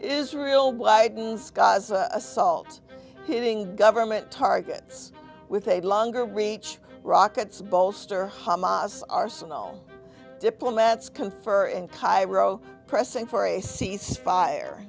israel bidens gaza assault hitting government targets with a longer reach rockets bolster hamas arsenal diplomats confer in cairo pressing for a cease fire